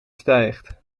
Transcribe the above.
stijgt